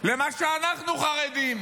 למה שאנחנו חרדים,